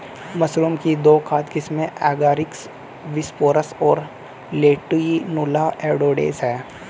mushroom की दो खाद्य किस्में एगारिकस बिस्पोरस और लेंटिनुला एडोडस है